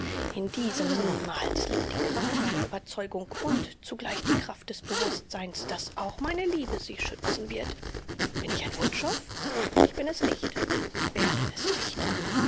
in diesem niemals liegt die kraft meiner überzeugung und zugleich die kraft des bewußtseins daß auch meine liebe sie schützen wird bin ich ein wutschow ich bin es nicht und werde es nicht